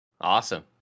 Awesome